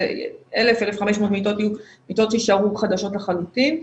1,500-1,000 יהיו מיטות שיישארו חדשות לחלוטין.